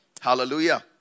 Hallelujah